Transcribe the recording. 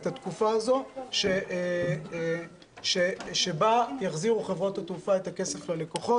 את התקופה הזאת שבה יחזירו חברות התעופה את הכסף ללקוחות.